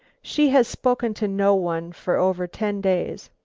she has spoken to no one for over ten days.